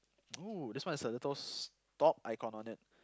oh this one has a little stop icon on it